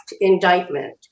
indictment